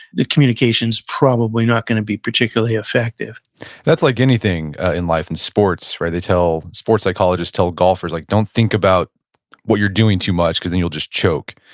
the communication's probably not going to be particularly effective that's like anything in life, in sports, where they tell sports psychologists to tell golfers like, don't think about what you're doing too much, because then, you'll just choke.